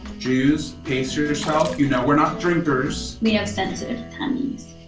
jews, pace yourself, you know we're not drinkers. we have sensitive tummies.